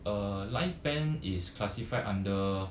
uh live band is classified under